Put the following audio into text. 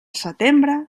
setembre